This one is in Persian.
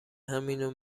همینو